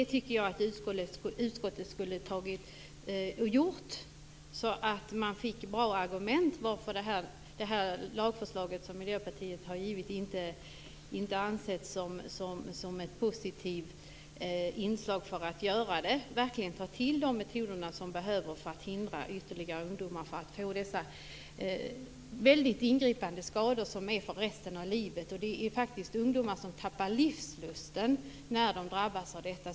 Jag tycker att utskottet skulle ha gjort det och gett bra argument för varför det lagförslag som Miljöpartiet har lagt fram inte har ansetts som ett positivt inslag. Det handlar ju om att man verkligen skall kunna ta till de metoder som behövs för att hindra att ytterligare ungdomar får dessa ingripande skador för resten av livet. Det finns faktiskt ungdomar som tappar livslusten när de drabbas av detta.